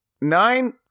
Nine